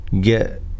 get